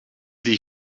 die